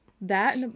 That-